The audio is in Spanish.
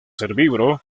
herbívoro